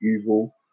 evil